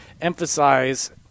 emphasize